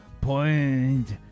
Point